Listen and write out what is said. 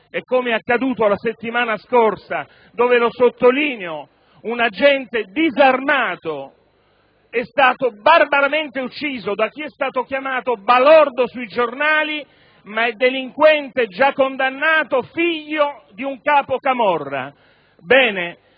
- come è accaduto la settimana scorsa quando, lo ripeto, un agente disarmato è stato barbaramente ucciso da chi è stato definito balordo sui giornali ma è delinquente già condannato, figlio di un capo camorra -